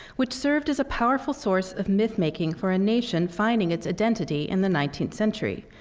which served as a powerful source of mythmaking for a nation finding its identity in the nineteenth century.